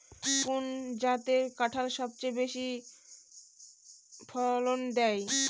কোন জাতের কাঁঠাল সবচেয়ে বেশি ফলন দেয়?